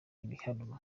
ibiharuro